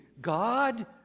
God